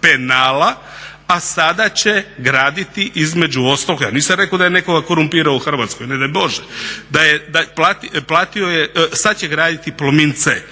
penala, a sada će graditi između ostalog, ja nisam rekao da je nekoga korumpirao u Hrvatskoj ne daj Bože, sada će graditi Plomin C.